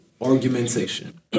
argumentation